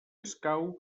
escau